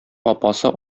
апасы